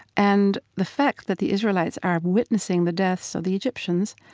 and the fact that the israelites are witnessing the deaths of the egyptians,